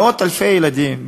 מאות אלפי ילדים,